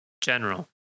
General